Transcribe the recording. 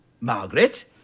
Margaret